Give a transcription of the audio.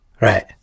Right